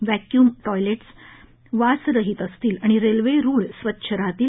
vacuum toilets वासरहित असतील आणि रेल्वेरूळ स्वच्छ राहतील